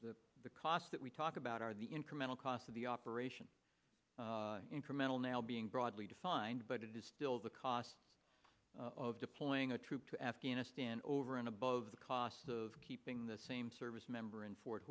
the costs that we talk about are the incremental cost of the operation incremental now being broadly defined but it is still the cost of deploying a trip to afghanistan over and above the cost of keeping the same service member in